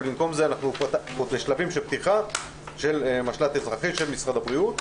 אבל במקום זה אנחנו בשלבים של פתיחת משל"ט אזרחי של משרד הבריאות.